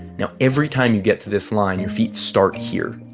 now, every time you get to this line, your feet start here.